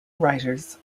writers